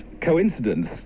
coincidence